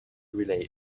relate